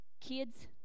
kids